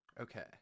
Okay